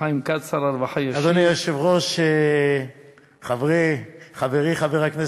הרווחה חיים כץ